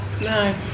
No